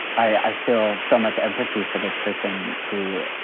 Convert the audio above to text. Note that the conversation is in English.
i feel so much empathy for this person who,